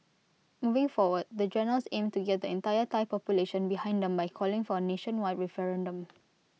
moving forward the generals aim to get the entire Thai population behind them by calling for A nationwide referendum